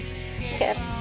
Okay